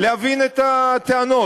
להבין את הטענות.